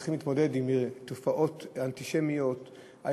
צריכים להתמודד עם תופעות אנטישמיות של